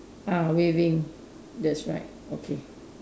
ah waving that's right okay